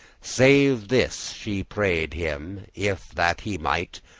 save this she prayed him, if that he might,